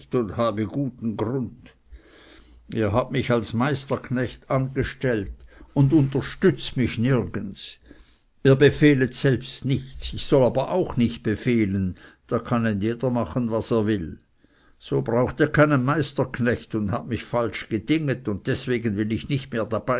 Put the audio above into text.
habe guten grund ihr habt mich als meisterknecht angestellt und unterstützt mich nirgends ihr befehlet selbst nichts ich soll aber auch nicht befehlen da kann ein jeder machen was er will so braucht ihr keinen meisterknecht und habt mich falsch gedinget und deswegen will ich nicht mehr